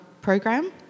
program